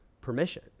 permission